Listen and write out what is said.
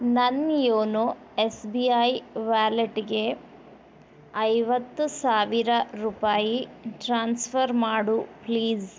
ನನ್ನ YONO S B I ವ್ಯಾಲೆಟ್ಗೆ ಐವತ್ತು ಸಾವಿರ ರೂಪಾಯಿ ಟ್ರಾನ್ಸ್ಫರ್ ಮಾಡು ಪ್ಲೀಸ್